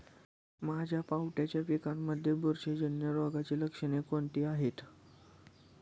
माझ्या पावट्याच्या पिकांमध्ये बुरशीजन्य रोगाची लक्षणे कोणती आहेत?